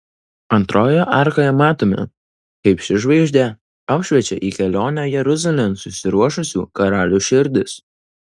antrojoje arkoje matome kaip ši žvaigždė apšviečia į kelionę jeruzalėn susiruošusių karalių širdis